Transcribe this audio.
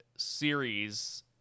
series